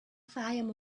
fayoum